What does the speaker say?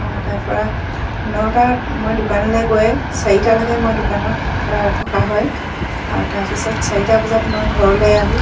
অ তাৰপৰা নটাত মই দোকানলে গৈ চাৰিটালৈকে মই দোকানত থকা হয় তাৰপিছত চাৰিটা বজাত মই ঘৰলে আহোঁ